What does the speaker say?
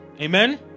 Amen